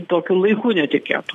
tokiu laiku netikėtu